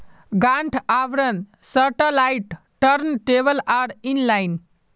गांठ आवरण satellite turntable आर इन लाइन